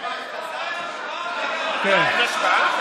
אין השבעה?